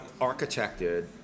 architected